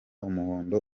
umuhondo